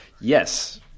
Yes